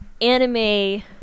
anime